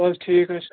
بس ٹھیٖک حظ چھُ